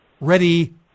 Ready